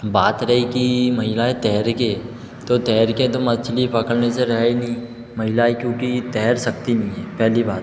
बात रही कि महिलाऍं तैर के तो तैर के तो मछली पकड़ने से रहे ही नहीं महिलाऍं क्योंकि तैर सकती नहीं हैं पहली बात